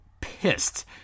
pissed